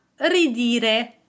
ridire